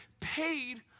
paid